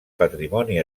patrimoni